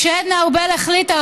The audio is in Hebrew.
כשעדנה ארבל החליטה,